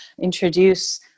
introduce